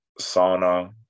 sauna